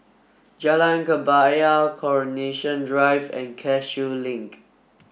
Jalan Kebaya Coronation Drive and Cashew Link